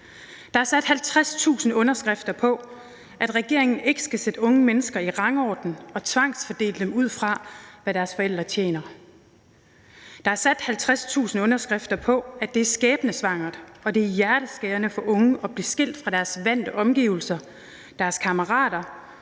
Der er sat 50.000 underskrifter på, at regeringen ikke skal sætte unge mennesker i rangorden og tvangsfordele dem, ud fra hvad deres forældre tjener. Der er sat 50.000 underskrifter på, at det er skæbnesvangert og hjerteskærende for unge at blive skilt fra deres vante omgivelser og deres kammerater